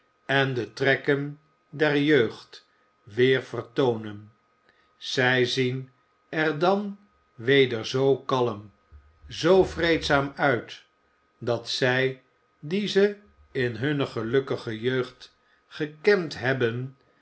en de trekken der jeugd weer vertoonen zij zien er dan weder zoo kalm zoo vreedzaam uit dat zij die ze in hunne gelukkige jeugd gekend hebben